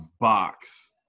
box